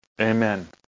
Amen